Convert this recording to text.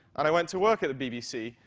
and i went to work at the bbc,